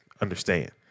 understand